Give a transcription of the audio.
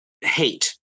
hate